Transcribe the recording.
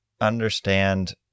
understand